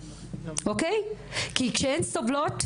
כי כשהן סובלות,